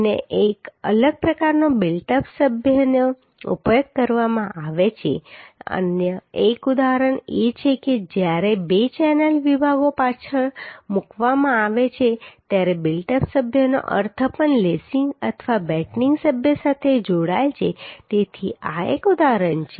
અન્ય એક અલગ પ્રકારના બિલ્ટ અપ સભ્યોનો ઉપયોગ કરવામાં આવે છે અન્ય એક ઉદાહરણ એ છે કે જ્યારે બે ચેનલ વિભાગો પાછળ પાછળ મૂકવામાં આવે છે ત્યારે બિલ્ટ અપ સભ્યોનો અર્થ પણ લેસિંગ અથવા બેટનિંગ સભ્ય સાથે જોડાયેલ છે તેથી આ એક ઉદાહરણ છે